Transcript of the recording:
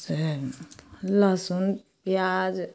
रहे दिऔ लहसुन पियाज